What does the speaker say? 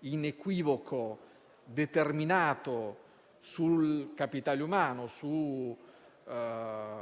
inequivoco e determinato sul capitale umano,